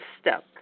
step